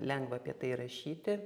lengva apie tai rašyti